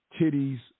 titties